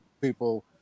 people